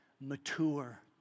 mature